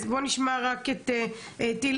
אז בוא נשמע רק את אלון,